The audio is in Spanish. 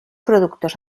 productos